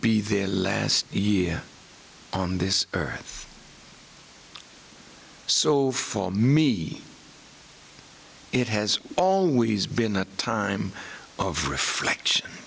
be their last year on this earth so for me it has always been a time of reflection